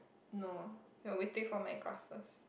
no you are waiting for my classes